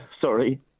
Sorry